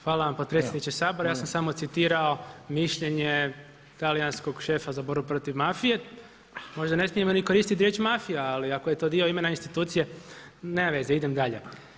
Hvala vam potpredsjedniče Sabora, ja sam samo citirao mišljenje talijanskog šefa za borbu protiv mafije, možda ne smijemo ni koristiti riječ mafija ali ako je to dio imena institucije, nema veze, idem dalje.